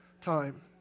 time